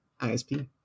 ISP